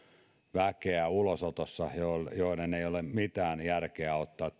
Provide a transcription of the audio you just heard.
väkeä ulosotossa joiden ei ole mitään järkeä ottaa